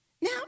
Now